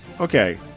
Okay